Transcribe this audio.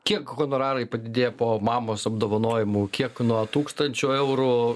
kiek honorarai padidėja po mamos apdovanojimų kiek nuo tūkstančio eurų